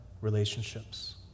relationships